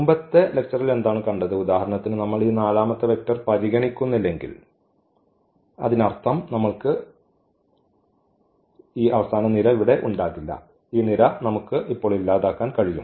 മുമ്പത്തെ ലെക്ച്ചറിൽ എന്താണ് കണ്ടത് ഉദാഹരണത്തിന് നമ്മൾ ഈ നാലാമത്തേ വെക്റ്റർ പരിഗണിക്കുന്നില്ലെങ്കിൽ അതിനർത്ഥം നമ്മൾക്ക് ഈ നിര ഇവിടെ ഉണ്ടാകില്ല ഈ നിര നമുക്ക് ഇപ്പോൾ ഇല്ലാതാക്കാൻ കഴിയും